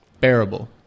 Bearable